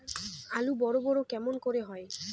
আলু বড় বড় কেমন করে হয়?